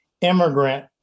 immigrant